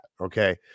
Okay